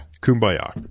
Kumbaya